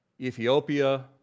Ethiopia